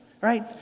right